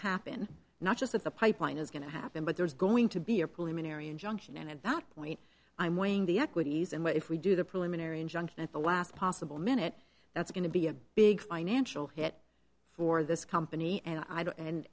happen not just of the pipeline is going to happen but there's going to be a preliminary injunction and at that point i'm weighing the equities and what if we do the preliminary injunction at the last possible minute that's going to be a big financial hit for this company and i